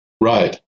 right